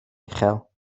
uchel